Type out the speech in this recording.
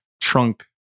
trunk